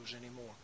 anymore